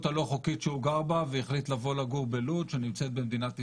הלא חוקית שהוא גר בה והחליט לבוא לגור בלוד שנמצאת במדינת ישראל.